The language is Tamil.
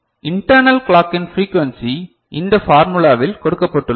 இன்டர்ணல் கிளாக்கின் பிரகுவன்சி இந்த ஃபார்முலாவில் கொடுக்கப்பட்டுள்ளது